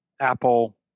Apple